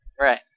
Right